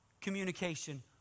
communication